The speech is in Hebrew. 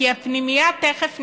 כי הפנימייה תכף נגמרת.